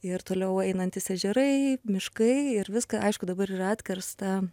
ir toliau einantys ežerai miškai ir viską aišku dabar yra atkirsta